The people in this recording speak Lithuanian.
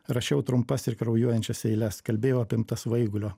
rašiau trumpas ir kraujuojančias eiles kalbėjau apimtas svaigulio